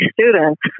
students